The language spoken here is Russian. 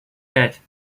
пять